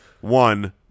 one